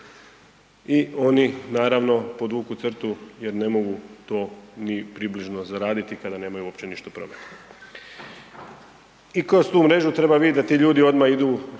i oni naravno podvuku crtu jer ne mogu to ni približno zaraditi kada nemaju uopće ništa prometa. I kroz tu mrežu treba vidjet da ti ljudi odmah idu